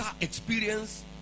experience